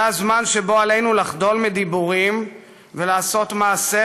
זה הזמן שבו עלינו לחדול מדיבורים ולעשות מעשה,